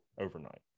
overnight